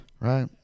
Right